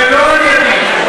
ולא על-ידִי.